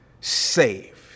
saved